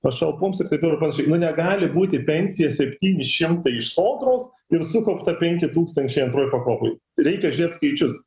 pašalpoms ir taip toliau ir panašiai nu negali būti pensija septyni šimtai iš sodros ir sukaupta penki tūkstančiai antroj pakopoj reikia žiūrėt skaičius